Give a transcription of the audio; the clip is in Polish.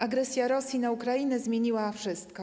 Agresja Rosji na Ukrainę zmieniła wszystko.